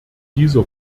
dieser